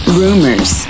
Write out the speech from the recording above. rumors